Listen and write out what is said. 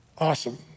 Awesome